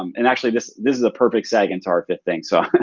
um and actually this this is a perfect seg into our fifth thing. so